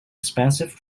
expensive